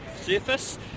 surface